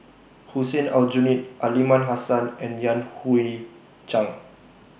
Hussein Aljunied Aliman Hassan and Yan Hui Chang